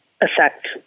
affect